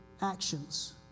actions